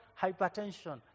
hypertension